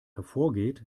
hervorgeht